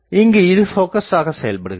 இங்கு இது போகஸ் ஆகச் செயல்படுகிறது